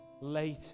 late